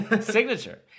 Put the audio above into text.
Signature